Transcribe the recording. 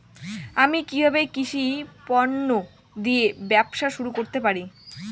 আমি কিভাবে কৃষি পণ্য দিয়ে ব্যবসা শুরু করতে পারি?